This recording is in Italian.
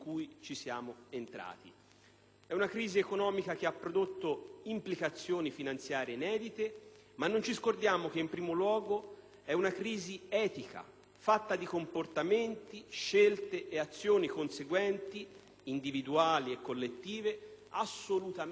È una crisi economica che ha prodotto implicazioni finanziarie inedite, ma non dimentichiamo che, in primo luogo, è una crisi etica, fatta di comportamenti, scelte e azioni conseguenti, individuali e collettive, assolutamente intollerabili.